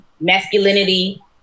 masculinity